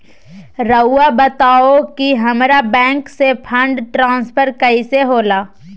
राउआ बताओ कि हामारा बैंक से फंड ट्रांसफर कैसे होला?